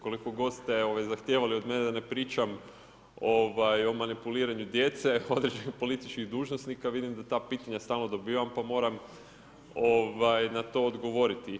Koliko god ste zahtijevali od mene da ne pričam o manipuliranju djece određenih političkih dužnosnika, vidim da ta pitanja stalno dobivam pa moram na to odgovoriti.